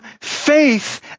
faith